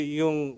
yung